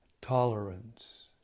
tolerance